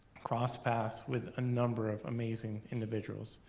crossed paths with a number of amazing individuals.